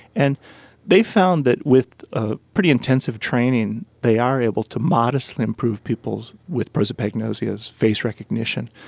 and they found that with ah pretty intensive training they are able to modestly improve people with prosopagnosia's face recognition.